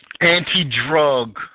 anti-drug